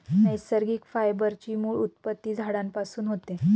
नैसर्गिक फायबर ची मूळ उत्पत्ती झाडांपासून होते